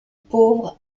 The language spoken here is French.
pauvre